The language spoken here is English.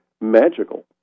magical